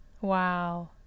wow